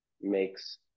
makes